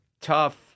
tough